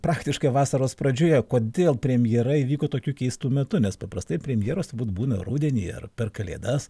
praktiškai vasaros pradžioje kodėl premjera įvyko tokiu keistu metu nes paprastai premjeros turbūt būna rudenį ar per kalėdas